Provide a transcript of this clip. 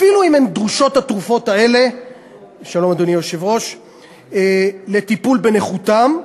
אפילו אם התרופות האלה דרושות לטיפול בנכותם.